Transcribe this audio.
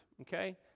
okay